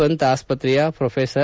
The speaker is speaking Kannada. ಪಂತ್ ಆಸ್ವತ್ರೆಯ ಪೊಫೆಸರ್